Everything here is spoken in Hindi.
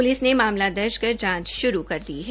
पुलिस ने मामला दर्ज कर जांच शुरू कर दी है